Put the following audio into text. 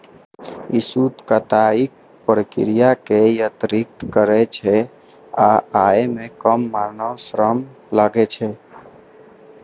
ई सूत कताइक प्रक्रिया कें यत्रीकृत करै छै आ अय मे कम मानव श्रम लागै छै